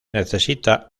necesita